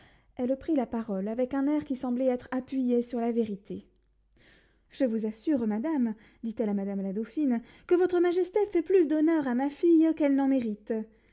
elle prit la parole avec un air qui semblait être appuyé sur la vérité je vous assure madame dit-elle à madame la dauphine que votre majesté fait plus d'honneur à ma fille qu'elle n'en mérite